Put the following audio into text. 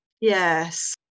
Yes